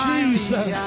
Jesus